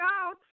out